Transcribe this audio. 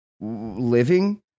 living